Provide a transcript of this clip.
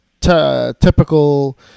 typical